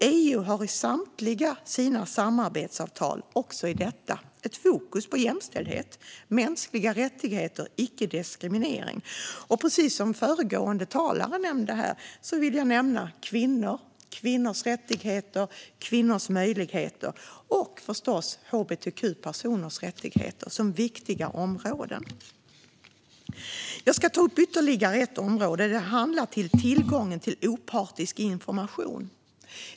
EU har i samtliga sina samarbetsavtal, också detta, fokus på jämställdhet, mänskliga rättigheter och icke-diskriminering. Liksom föregående talare vill jag här nämna kvinnors rättigheter och möjligheter och hbtq-personers rättigheter som viktiga frågor. Jag ska ta upp ytterligare ett område. Det handlar om tillgång till opartisk information.